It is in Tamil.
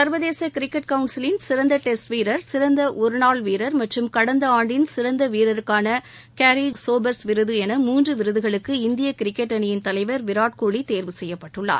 சர்வதேச கிரிக்கெட் கவுன்சிலின் சிறந்த டெஸ்ட் வீரர் சிறந்த ஒருநாள் வீரர் மற்றும் கடந்த ஆண்டின் சிறந்த வீரருக்கான கேரி சோபர்ஸ் விருது என மூன்று விருதுகளுக்கு இந்திய கிரிக்கெட் அணியின் தலைவர் விராட்கோலி தேர்வு செய்யப்பட்டுள்ளார்